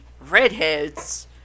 redheads